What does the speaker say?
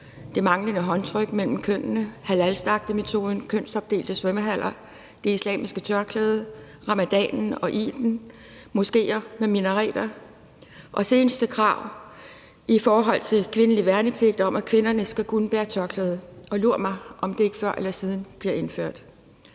det manglende håndtryk mellem kønnene, halalslagtemetoden, kønsopdelte svømmehaller, det islamiske tørklæde, ramadanen og eiden, moskéer med minareter og senest et krav i forhold til kvindelig værnepligt om, at kvinderne skal kunne bære tørklæde – og lur mig, om det ikke før eller siden bliver indført.